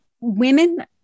Women